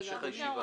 הישיבה.